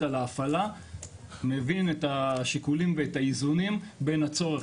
על ההפעלה מבין את השיקולים ואת האיזונים בין הצורך